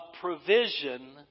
provision